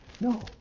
No